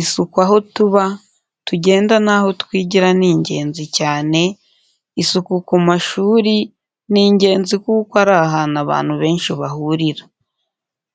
Isuku aho tuba, tugenda naho twigira ni ingenzi cyane, isuku ku mashuri ni ingenzi kuko ari ahantu abantu benshi bahurira.